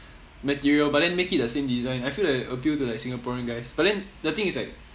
material but then make it the same design I feel like it will appeal to like singaporean guys but then the thing is like